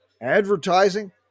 advertising